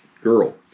girl